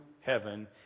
heaven